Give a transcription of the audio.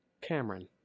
Cameron